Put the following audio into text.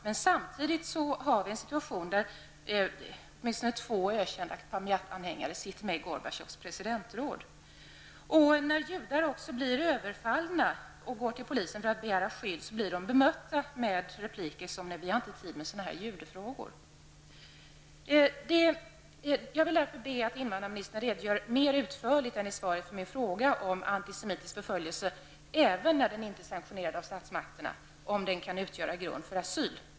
Men samtidigt är situationen den att åtminstone två ökända pamjatanhängare sitter med i Gorbatjovs presidentråd. När judar blir överfallna och går till polisen för att få skydd möts de av repliken: ''Vi har inte tid med sådana här judefrågor.'' Jag vill därför be invandrarministern att mer utförligt än i det skriftliga svaret på min interpellation redogöra för om antisemitisk förföljelse, även när den inte är sanktionerad av statsmakterna, kan utgöra grund för asyl.